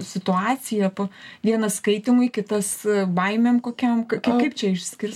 situaciją po vienas skaitymui kitas baimėm kokiom ka kaip čia išskirs